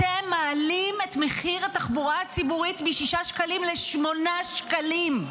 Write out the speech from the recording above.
אתם מעלים את מחיר התחבורה הציבורית משישה שקלים לשמונה שקלים.